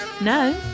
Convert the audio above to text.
No